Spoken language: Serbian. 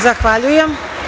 Zahvaljujem.